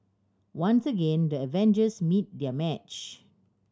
once again the Avengers meet their match